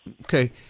Okay